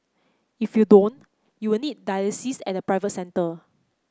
if you don't you will need dialysis at a private centre